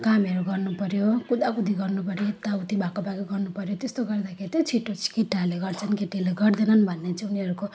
कामहरू गर्नुपर्यो कुदाकुदी गर्नुपर्यो यताउति भएको भएकै गर्नुपर्यो त्यस्तो गर्दाखेरि चाहिँ छिटो केटाहरूले गर्छन् केटीहरूले गर्दैनन् भन्ने चाहिँ उनीहरूको